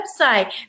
website